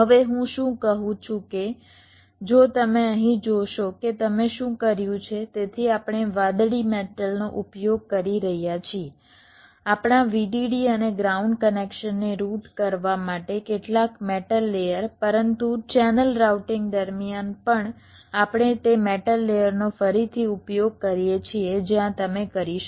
હવે હું શું કહું છું કે જો તમે અહીં જોશો કે તમે શું કર્યું છે તેથી આપણે વાદળી મેટલનો ઉપયોગ કરી રહ્યા છીએ આપણા VDD અને ગ્રાઉન્ડ કનેક્શનને રૂટ કરવા માટે કેટલાક મેટલ લેયર પરંતુ ચેનલ રાઉટિંગ દરમિયાન પણ આપણે તે મેટલ લેયરનો ફરીથી ઉપયોગ કરીએ છીએ જ્યાં તમે કરી શકો